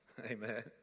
Amen